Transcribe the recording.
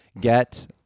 get